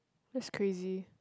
that's crazy